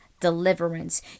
deliverance